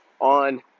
on